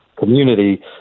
community